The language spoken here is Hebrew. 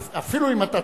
אפילו אם אתה צודק,